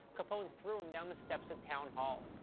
capone threw him down the steps of town hall.